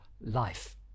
life